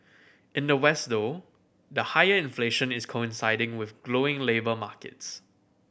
in the West though the higher inflation is coinciding with glowing labour markets